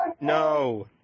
no